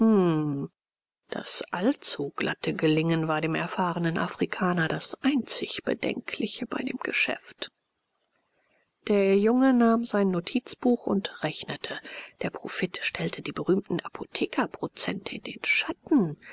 das allzu glatte gelingen war dem erfahrenen afrikaner das einzig bedenkliche bei dem geschäft der junge nahm sein notizbuch und rechnete der profit stellte die berühmten apothekerprozente in den schatten